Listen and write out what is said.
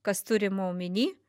kas turima omeny